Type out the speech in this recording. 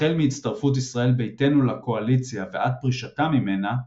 החל מהצטרפות ישראל ביתנו לקואליציה ועד פרישתה ממנה,